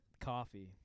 Coffee